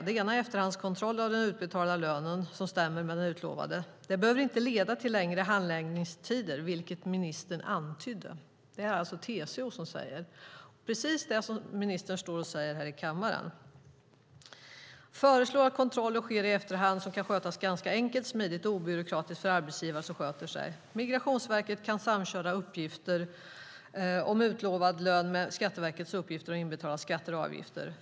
Det ena är efterhandskontroll av att den utbetalade lönen stämmer med den utlovade. Det behöver inte leda till längre handläggningstider, vilket ministern antydde". Detta säger alltså TCO. Det är precis det som ministern säger här i kammaren. TCO:s representant säger vidare: "Det är kontroller som sker i efterhand och som dessutom kan göras ganska enkelt, smidigt och obyråkratiskt för de arbetsgivare som sköter sig." Migrationsverket kan "samköra uppgifter om utlovad lön med Skatteverkets uppgifter om inbetalade skatter och avgifter.